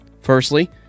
Firstly